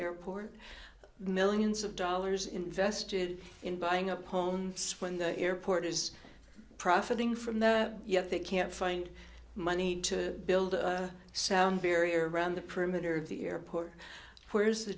airport millions of dollars invested in buying up home when the airport is profiting from that yet they can't find money to build a sound barrier around the perimeter of the airport where's the